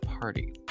party